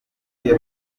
ari